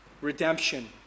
Redemption